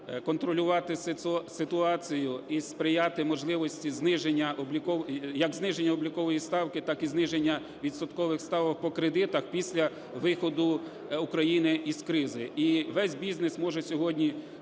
контролювати ситуацію і сприяти можливості як зниження облікової ставки, так і зниження відсоткових ставок по кредитах, після виходу України із кризи. І весь бізнес може сьогодні